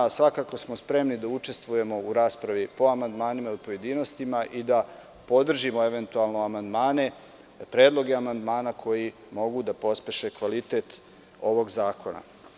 Svakako smo spremni da učestvujemo u raspravi po amandmanima i u pojedinostima i da podržimo eventualno predloge amandmana koji mogu da pospeše kvalitet ovog zakona.